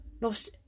lost